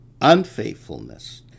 unfaithfulness